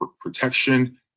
protection